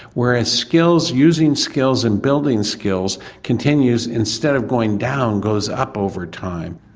whereas skills, using skills and building skills continues, instead of going down goes up over time.